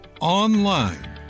Online